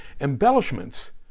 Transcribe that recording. Embellishments